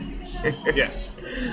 Yes